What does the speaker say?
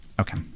Okay